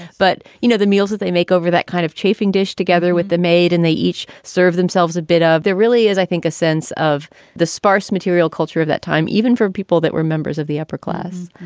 but, you know, the meals that they make over that kind of chafing dish together with the maid and they each serve themselves a bit ah of there really is, i think, a sense of the sparse material culture of that time, even for people that were members of the upper class.